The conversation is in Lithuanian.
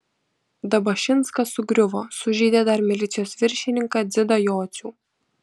dabašinskas sugriuvo sužeidė dar milicijos viršininką dzidą jocių